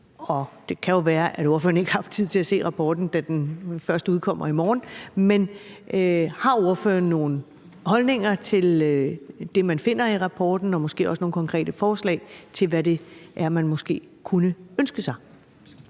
og det kan jo være, at ordføreren ikke har haft tid til at kigge på rapporten, da den først kommer i morgen – det, man finder i rapporten, og måske også har en holdning og nogle konkrete forslag til, hvad det er, man måske kunne ønske sig.